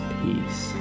peace